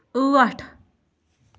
ٲٹھ